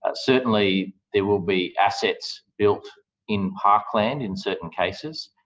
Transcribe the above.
ah certainly, there will be assets built in parkland in certain cases.